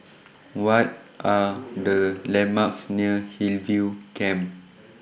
What Are The landmarks near Hillview Camp